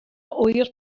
ŵyr